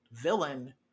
villain